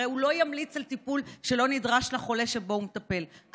הרי הוא לא ימליץ על טיפול שלא נדרש לחולה שבו הוא מטפל.